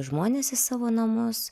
žmones į savo namus